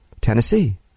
Tennessee